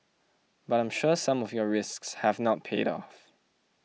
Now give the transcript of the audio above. but I'm sure some of your risks have not paid off